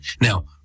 Now